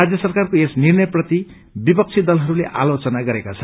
राज्य सरकारको यस निर्णयप्रति विपक्षी दलहरूले आलोचना गरेका छन्